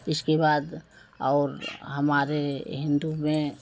इसके बाद और हमारे हिन्दू में